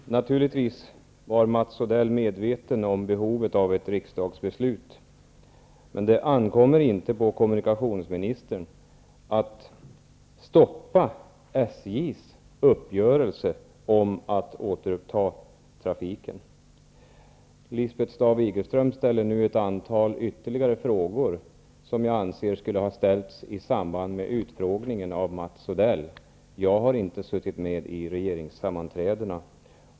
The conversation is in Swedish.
Herr talman! Naturligtvis var Mats Odell medveten om behovet av ett riksdagsbeslut. Men det ankommer inte på kommunikationsministern att stoppa SJ:s uppgörelse om att återuppta trafiken. Lisbeth Staaf-Igelström ställde nu ett antal ytterligare frågor, som jag anser skulle ha ställts i samband med utfrågningen av Mats Odell. Jag har inte suttit med vid regeringssammanträdena.